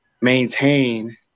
maintain